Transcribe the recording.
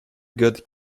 good